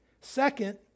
Second